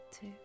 two